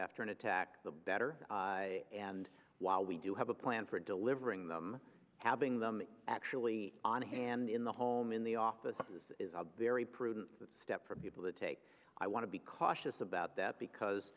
after an attack the better and while we do have a plan for delivering them having them actually on hand in the home in the office this is a very prudent step for people to take i want to be cautious about that because